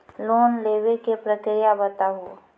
Loan लेवे के प्रक्रिया बताहू?